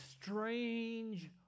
strange